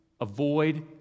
avoid